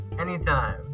Anytime